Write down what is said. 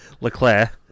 LeClaire